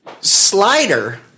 Slider